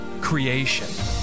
creation